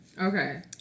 Okay